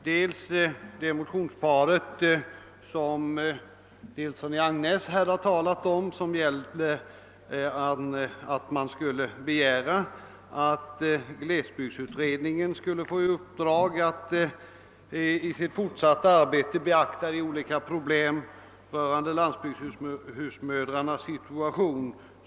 Först är det det motionspar som herr Nilsson i Agnäs här har talat om och som innebär att riksdagen skulle begära att glesbygdsutredningen får i uppdrag att i sitt fortsatta arbete beakta olika problem rörande landsbygdshusmödrarnas situation.